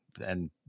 And-